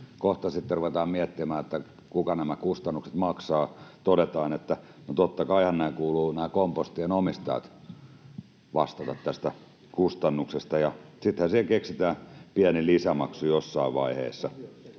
Kohta sitten ruvetaan miettimään, kuka nämä kustannukset maksaa, ja todetaan, että no totta kaihan kuuluu näiden kompostien omistajien vastata tästä kustannuksesta, ja sittenhän siihen keksitään pieni lisämaksu jossain vaiheessa.